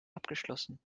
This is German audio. abgeschlossen